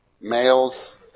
males